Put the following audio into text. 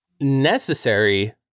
necessary